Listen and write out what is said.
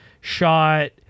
shot